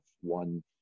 one